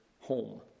home